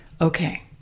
Okay